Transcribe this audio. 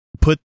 put